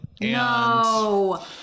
No